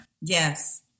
Yes